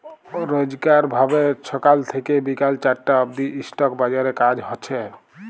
রইজকার ভাবে ছকাল থ্যাইকে বিকাল চারটা অব্দি ইস্টক বাজারে কাজ হছে